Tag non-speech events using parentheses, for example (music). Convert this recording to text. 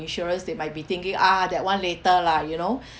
insurance they might be thinking ah that [one] later lah you know (breath)